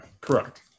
Correct